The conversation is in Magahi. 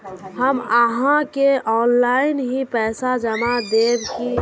हम आहाँ के ऑनलाइन ही पैसा जमा देब की?